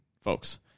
folks